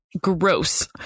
Gross